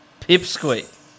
Pipsqueak